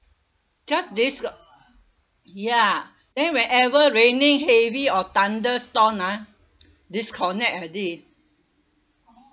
just disco~ ya then whenever raining heavy or thunderstorm ah disconnect already